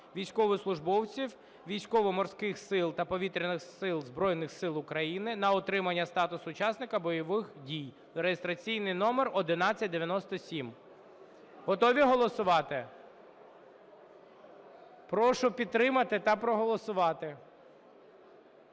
військовослужбовців Військово-морських сил та Повітряних сил Збройних Сил України на отримання статусу учасника бойових дій) (реєстраційний номер 1197). Готові голосувати? Прошу підтримати та проголосувати.